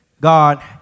God